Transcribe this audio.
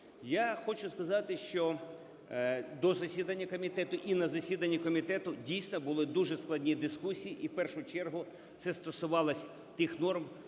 Я хочу сказати, що до засідання комітету і на засіданні комітету дійсно були дуже складні дискусії, і в першу чергу це стосувалося тих норм,